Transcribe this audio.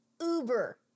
uber